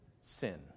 sin